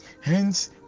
Hence